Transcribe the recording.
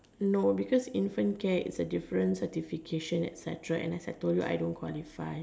no because infant care is a different certification etcetera and as I told you I don't qualify